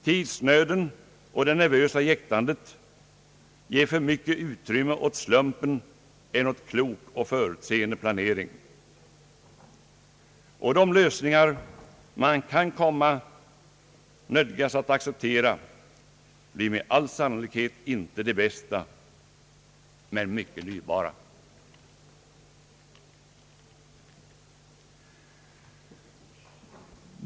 Tidsnöden och det nervösa jäktandet lämnar mera utrymme åt slumpen än åt klok och förutseende planering, och de lösningar man kan nödgas acceptera blir med all sannolikhet inte de bästa, men mycket dyrbara.